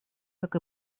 как